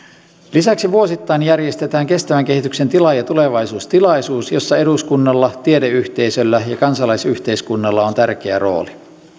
lisäksi vuosittain järjestetään kestävän kehityksen tila ja tulevaisuus tilaisuus jossa eduskunnalla tiedeyhteisöllä ja kansalaisyhteiskunnalla on on tärkeä rooli